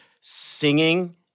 Singing